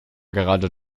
gerade